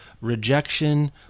rejection